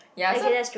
ya so